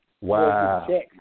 wow